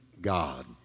God